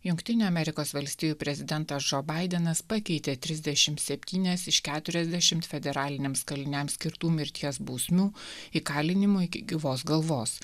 jungtinių amerikos valstijų prezidentas džo baidenas pakeitė trisdešim septynias keturiasdešim federaliniams kaliniams skirtų mirties bausmių įkalinimu iki gyvos galvos